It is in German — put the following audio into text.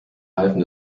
reifen